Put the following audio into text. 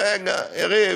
רגע, רגע, יריב.